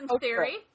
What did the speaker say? theory